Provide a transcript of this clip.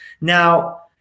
Now